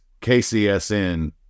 KCSN